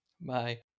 Bye